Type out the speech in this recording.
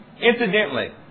Incidentally